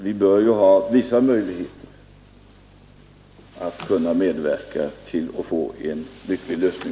Vi bör emellertid ha vissa möjligheter att medverka till en lycklig lösning.